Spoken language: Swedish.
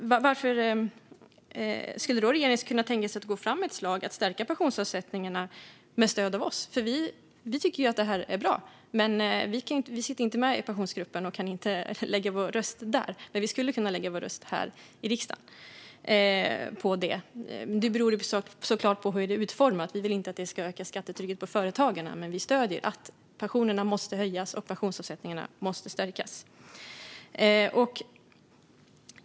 Skulle då regeringen kunna tänka sig att gå fram med ett förslag om att stärka pensionsavsättningarna med stöd av oss? Vi tycker ju att det här är bra. Vi sitter inte med i Pensionsgruppen och kan därför inte lägga vår röst där, men vi skulle kunna lägga vår röst på det här i riksdagen. Det beror såklart på hur det är utformat. Vi vill inte att det ska öka skattetrycket på företagarna, men vi stöder uppfattningen att pensionerna måste höjas och att pensionsavsättningarna måste stärkas.